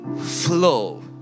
flow